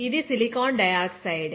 ఇది silicon dioxide